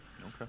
okay